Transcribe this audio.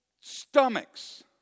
stomachs